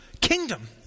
kingdom